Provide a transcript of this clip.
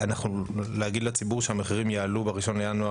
להגיד לציבור שהמחירים יעלו ב-1 בינואר